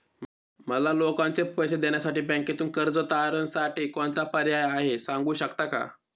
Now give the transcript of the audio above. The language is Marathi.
मला लोकांचे पैसे देण्यासाठी बँकेतून कर्ज तारणसाठी कोणता पर्याय आहे? सांगू शकता का?